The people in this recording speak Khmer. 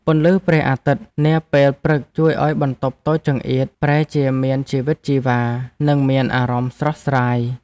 ពន្លឺព្រះអាទិត្យនាពេលព្រឹកជួយឱ្យបន្ទប់តូចចង្អៀតប្រែជាមានជីវិតជីវ៉ានិងមានអារម្មណ៍ស្រស់ស្រាយ។